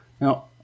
Now